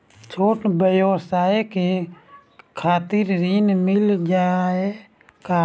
छोट ब्योसाय के खातिर ऋण मिल जाए का?